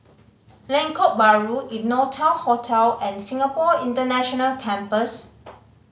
Lengkok Bahru Innotel Hotel and Singapore International Campus